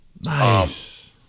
Nice